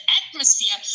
atmosphere